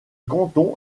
canton